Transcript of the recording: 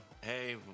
hey